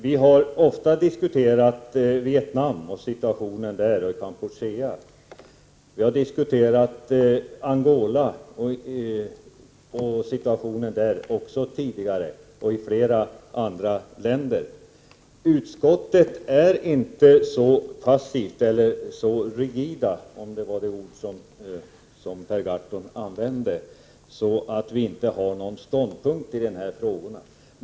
Vi har ofta diskuterat situationen i Vietnam och Kampuchea liksom i Angola och flera andra länder. Vii utskottet är inte så passiva eller rigida, om det var det ordet som Per Gahrton använde, att vi inte har någon ståndpunkt i de här frågorna.